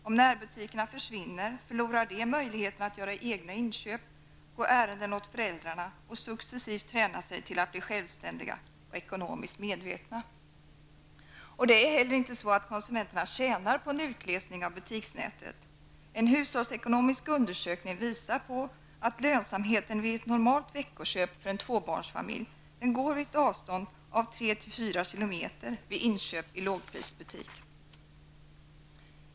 Om närbutikerna försvinner förlorar de möjligheten att göra egna inköp, gå ärenden åt föräldrarna och successivt träna sig till att bli självständiga och ekonomiskt medvetna. Det är inte heller så att konsumenterna tjänar på en utglesning av butiksnätet. En hushållsekonomisk undersökning visar att gränsen för lönsamhet vid ett normalt veckoköp för en tvåbarnsfamilj går vid ett avstånd av 3--4 km vid inköp i lågprisbutik.